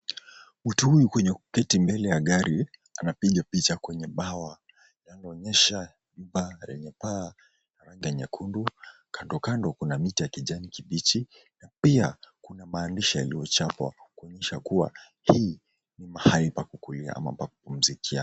Mtu huyu mwenye kuketi mbele ya gari anapiga picha kwenye bawa. Anayonyesha jumba lenye paa la rangi ya nyekundu, kando kando kuna miti ya kijani kibichi na pia kuna maandishi yaliyochapwa kuonyesha kua hii ni mahali pa kukulia ama pa kupumzikia.